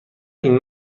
این